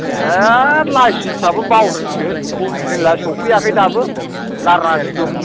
ए लाइसेन्चसयाबो बावदोंसो अर्जिनेला सफैयाखै दाबो लार्नारसो दं